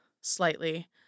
slightly